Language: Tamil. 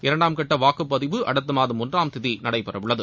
இரண்டாம் கட்ட வாக்குப்பதிவு அடுத்த மாதம் ஒன்றாம் தேதி நடைபெற உள்ளது